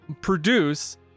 produce